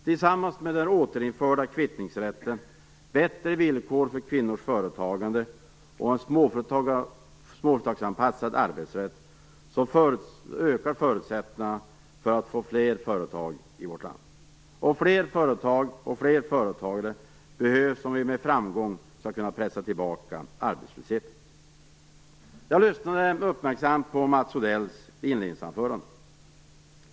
Tillsammans med den återinförda kvittningsrätten, bättre villkor för kvinnors företagande och en småföretagsanpassad arbetsrätt ökar förutsättningarna att få fler företag i vårt land. Och fler företag och fler företagare behövs om vi med framgång skall kunna pressa tillbaka arbetslösheten. Jag lyssnade uppmärksamt på Mats Odells inledningsanförande.